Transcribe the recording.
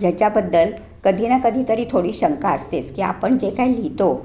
ज्याच्याबद्दल कधी ना कधीतरी थोडी शंका असतेच की आपण जे काय लिहितो